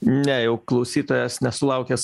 ne jau klausytojas nesulaukęs